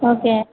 okay